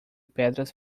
pedras